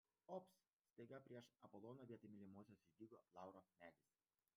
op staiga prieš apoloną vietoj mylimosios išdygo lauro medis